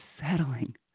settling